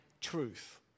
truth